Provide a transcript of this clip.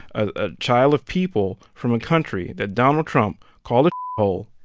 a child of people from a country that donald trump called a hole